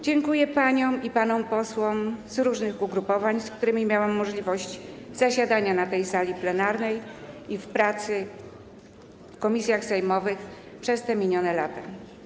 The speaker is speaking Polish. Dziękuję paniom i panom posłom z różnych ugrupowań, z którymi miałam możliwość zasiadania na tej sali plenarnej i podczas prac w komisjach sejmowych przez minione lata.